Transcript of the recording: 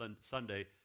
Sunday